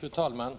Fru talman!